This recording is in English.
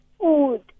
food